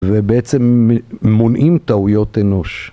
ובעצם מונעים טעויות אנוש.